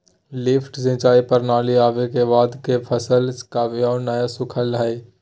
lift सिंचाई प्रणाली आवे के बाद से फसल कभियो नय सुखलय हई